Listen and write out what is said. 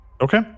Okay